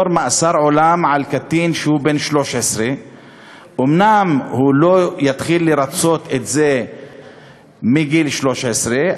על קטין שהוא בן 13. אומנם הוא לא יתחיל לרצות את זה מגיל 13,